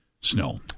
snow